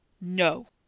No